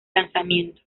lanzamiento